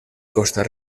costa